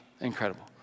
Incredible